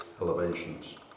elevations